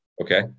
okay